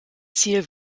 ziel